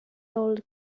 old